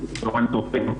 צוהריים טובים.